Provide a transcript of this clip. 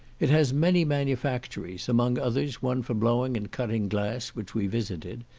it has many manufactories, among others, one for blowing and cutting glass, which we visited.